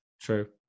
True